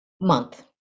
month